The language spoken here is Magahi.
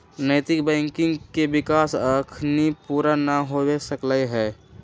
नैतिक बैंकिंग के विकास अखनी पुरा न हो सकलइ ह